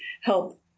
help